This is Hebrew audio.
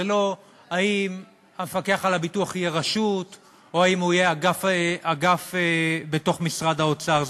זה לא אם המפקח על הביטוח יהיה רשות או אגף במשרד האוצר.